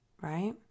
right